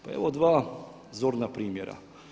Pa evo dva zorna primjera.